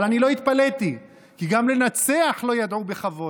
אבל אני לא התפלאתי, כי גם לנצח לא ידעו בכבוד.